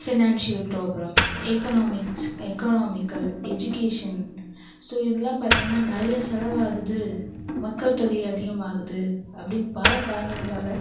financial problem economics economical education so இதெலாம் பார்த்தீங்கன்னா நிறைய செலவாகுது மக்கள் தொகை அதிகமாகுது அப்படின்னு பல காரணங்களால்